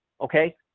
okay